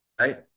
Right